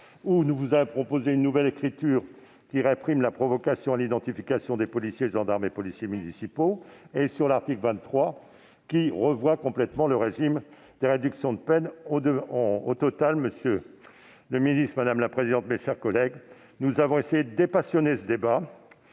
Vous nous avez proposé une nouvelle rédaction visant à réprimer la provocation à l'identification des policiers, gendarmes et policiers municipaux. Enfin, l'article 23 revoit complètement le régime des réductions de peines. Au total, monsieur le ministre, mes chers collègues, nous avons essayé de dépassionner ce débat